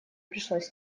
пришлось